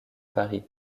paris